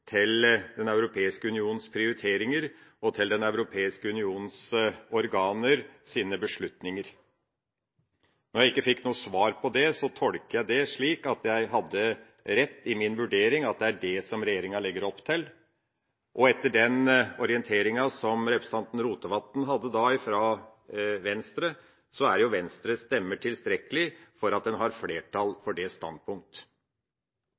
til Den europeiske unions prioriteringer og til Den europeiske unions organers beslutninger. Når jeg ikke fikk noe svar på det, tolker jeg det slik at jeg hadde rett i min vurdering, at det er det regjeringa legger opp til. Etter den orienteringen som representanten Rotevatn hadde fra Venstre, er jo Venstres stemmer tilstrekkelig for at en har flertall